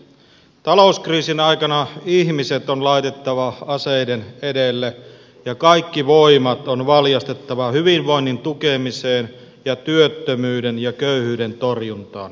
talouskriisin aikana ihmiset on laitettava aseiden edelle ja kaikki voimat on valjastettava hyvinvoinnin tukemiseen ja työttömyyden ja köyhyyden torjuntaan